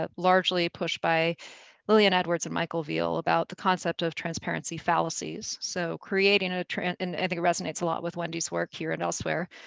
ah largely pushed by lilian edwards and michael veale, about the concept of transparency fallacies. so, creating a trend, and i think it resonates a lot with wendy's work here and elsewhere,